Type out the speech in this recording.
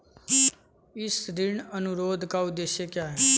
इस ऋण अनुरोध का उद्देश्य क्या है?